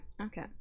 okay